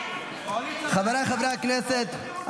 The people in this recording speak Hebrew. חבריי חברי הכנסת,